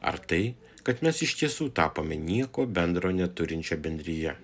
ar tai kad mes iš tiesų tapome nieko bendro neturinčia bendrija